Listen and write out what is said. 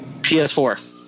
PS4